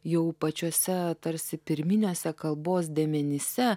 jau pačiuose tarsi pirminiuose kalbos dėmenyse